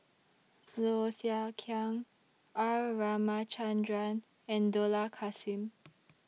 Low Thia Khiang R Ramachandran and Dollah Kassim